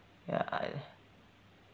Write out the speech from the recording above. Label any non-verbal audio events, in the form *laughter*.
ya I *breath*